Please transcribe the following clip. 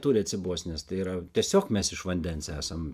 turi atsibost nes tai yra tiesiog mes iš vandens esam